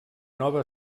nova